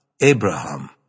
Abraham